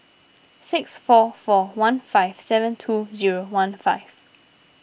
six four four one five seven two zero one five